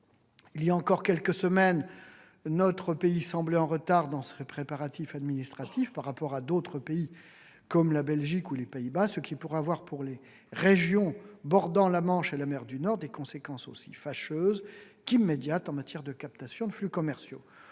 Il y a encore quelques semaines, notre pays semblait en retard dans ses préparatifs administratifs par rapport à d'autres États comme la Belgique ou les Pays-Bas, ce qui pourrait avoir, pour les régions bordant la Manche et la mer du Nord, des conséquences aussi fâcheuses qu'immédiates en matière de captation de flux commerciaux.